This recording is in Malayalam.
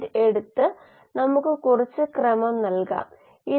നിരക്കുകളുടെ എണ്ണം നിരകളുടെ എണ്ണത്തിന് തുല്യമായിരിക്കും